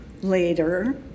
later